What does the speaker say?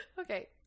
okay